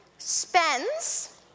spends